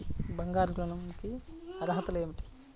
బంగారు ఋణం కి అర్హతలు ఏమిటీ?